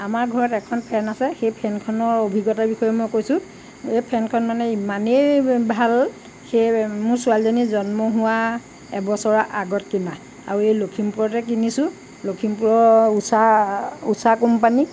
আমাৰ ঘৰত এখন ফেন আছে সেই ফেনখনৰ অভিজ্ঞতাৰ বিষয়ে মই কৈছোঁ এই ফেনখন মানে ইমানেই ভাল সেইখন মোৰ ছোৱালীজনী জন্ম হোৱা এবছৰৰ আগত কিনা আৰু এই লখিমপুৰতে কিনিছোঁ লখিমপুৰৰ উষা কোম্পানী